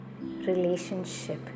relationship